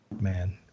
Man